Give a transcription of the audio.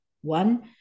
One